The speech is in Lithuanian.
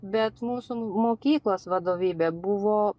bet mūsų mokyklos vadovybė buvo